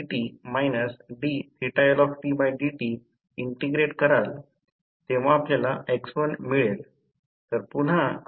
आता त्याचप्रमाणे auto transformer च्या घनफळला 1 1 K डॅश ट्रान्सफॉर्मर विंडिंग चे घनफळ माहित आहे परंतु K डॅश V1 X2 ते 138115आहे